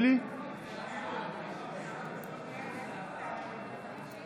(קוראת בשמות חברי